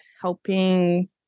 helping